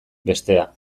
bestea